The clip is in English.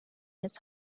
his